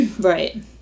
Right